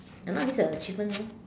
ya lor this is an achievements lor